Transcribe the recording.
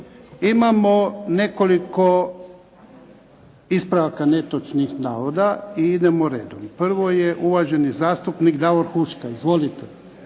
Imamo nekoliko ispravaka netočnih navoda i idemo redom. Prvo je uvaženi zastupnik Davor Huška. Izvolite.